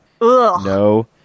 no